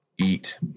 eat